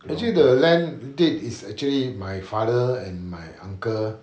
actually the land deed is actually my father and my uncle